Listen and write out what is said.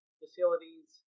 facilities